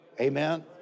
amen